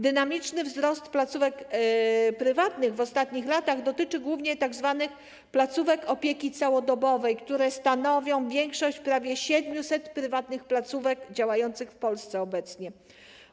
Dynamiczny wzrost placówek prywatnych w ostatnich latach dotyczy głównie tzw. placówek opieki całodobowej, które stanowią większość prawie 700 prywatnych placówek działających obecnie w Polsce.